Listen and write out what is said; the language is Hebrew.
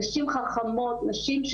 נשים חכמות נשים,